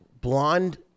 blonde